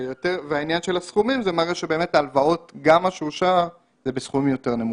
מה שאושר זה בסכומים יותר נמוכים.